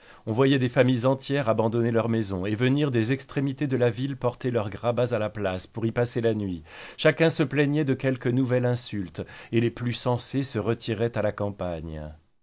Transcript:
on voyait des familles entières abandonner leurs maisons et venir des extrémités de la ville porter leurs grabats à la place pour y passer la nuit chacun se plaignait de quelque nouvelle insulte et les plus sensés se retiraient à la campagne